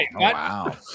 wow